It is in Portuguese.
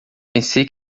pensei